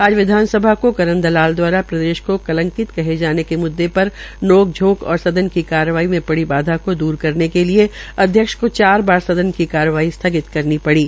आज विधानसभा को करण दलाल द्वारा प्रदेश को कंलकित कहे जाने के मुद्दे पर नोक झोक और सदन की कार्रवाड्र में पड़ी बाधा को दुर करने के लिए अध्यक्ष को चार बार सदन की कार्रवाई स्थगित करनी पड़ी